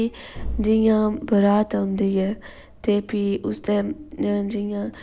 फ्ही जियां बरात औंदी ऐ ते फ्ही उसदै जियां